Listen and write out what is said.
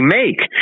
make